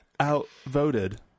outvoted